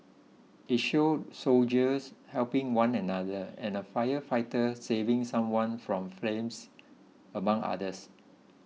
it showed soldiers helping one another and a firefighter saving someone from flames among others